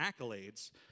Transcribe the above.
accolades